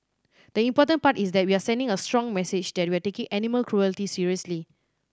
the important part is that we are sending a strong message that we are taking animal cruelty seriously